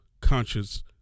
conscious